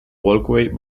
walkway